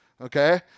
Okay